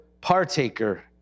partaker